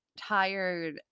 tired